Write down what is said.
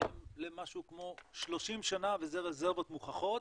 הן למשהו כמו 30 שנה וזה רזרבות מוכחות,